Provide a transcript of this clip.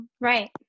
right